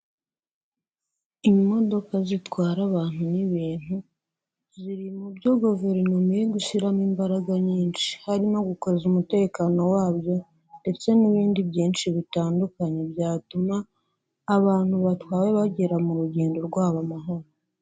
Imodoka zitwara abantu n'ibintu, ziri mu byo guverinoma iri gushyiramo imbaraga nyinshi, hari no gukaza umutekano wabyo ndetse n'ibindi byinshi bitandukanye byatuma abantu batwawe bagera mu rugendo rwabo amahoro.